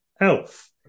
Elf